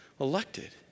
elected